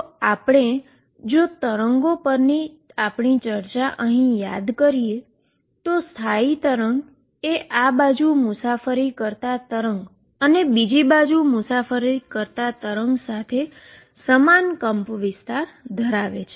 તો આપણે જો વેવ પરની આપણી ચર્ચા અહીં યાદ કરીએ તોસ્થાયી વેવએ આ બાજુ મુસાફરી કરતા વેવ અને બીજી બાજુ મુસાફરી કરતા વેવ સાથે સમાન એમ્પ્લીટ્યુડમાં હોય છે